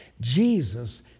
Jesus